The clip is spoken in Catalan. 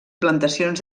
plantacions